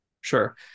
sure